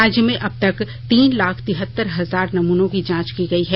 राज्य में अब तक तीन लाख तिहत्तर हजार नमूनों की जांच की गयी है